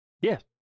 Yes